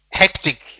hectic